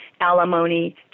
alimony